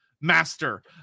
Master